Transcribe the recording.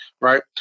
Right